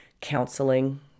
counseling